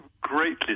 greatly